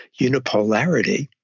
unipolarity